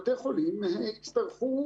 בתי החולים הצטרכו